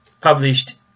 published